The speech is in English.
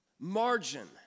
margin